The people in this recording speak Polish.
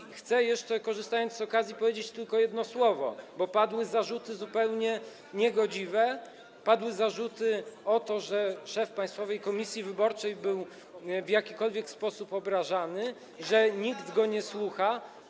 I chcę jeszcze, korzystając z okazji, powiedzieć tylko jedno słowo, bo padły zarzuty zupełnie niegodziwe, padły zarzuty o to, że szef Państwowej Komisji Wyborczej był w jakikolwiek sposób obrażany, że nikt go nie słucha.